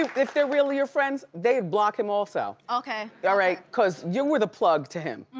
if they're really your friends, they block him also, okay. yeah all right? cause you were the plug to him.